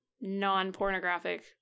non-pornographic